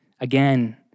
again